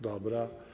Dobra.